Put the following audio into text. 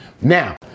Now